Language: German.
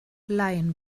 laien